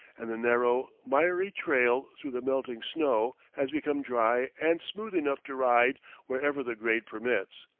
and the narrow, miry trail through the melting snow has become dry and smooth enough to ride wherever the grade permits.